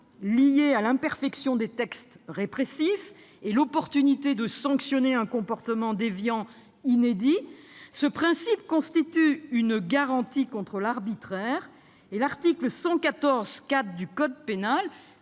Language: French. de l'imperfection des textes répressifs et de l'opportunité de sanctionner un comportement déviant inédit, ce principe constitue une garantie contre l'arbitraire. L'article 114-4 du code pénal